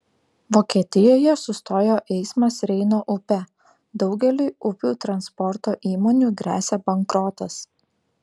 vokietijoje sustojo eismas reino upe daugeliui upių transporto įmonių gresia bankrotas